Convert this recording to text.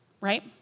Right